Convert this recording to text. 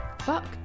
Fuck